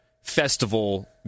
festival